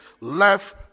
left